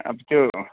अब त्यो